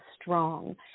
strong